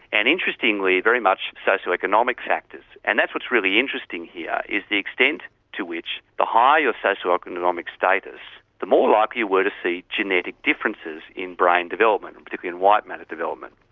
and interestingly very much socio economic factors and that's what's really interesting here is the extent to which the higher your socioeconomic status, the more likely you were to see genetic differences in brain development, and particularly in white matter development.